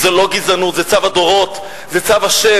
זו לא גזענות, זה צו הדורות, זה צו ה'.